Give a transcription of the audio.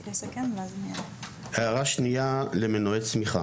הערה שנייה למנועי צמיחה.